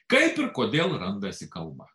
kaip ir kodėl randasi kalba